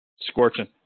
Scorching